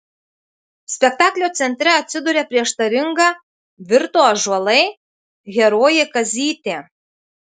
spektaklio centre atsiduria prieštaringa virto ąžuolai herojė kazytė